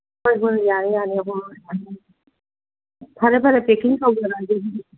ꯍꯣꯏ ꯍꯣꯏ ꯌꯥꯔꯦ ꯌꯥꯔꯦ ꯍꯣꯏ ꯍꯣꯏ ꯐꯔꯦ ꯐꯔꯦ ꯄꯦꯀꯤꯡ ꯇꯧꯖꯔꯛꯑꯒꯦ ꯑꯗꯨꯗꯤ